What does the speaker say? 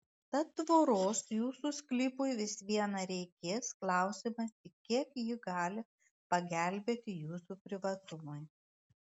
tad tvoros jūsų sklypui vis viena reikės klausimas tik kiek ji gali pagelbėti jūsų privatumui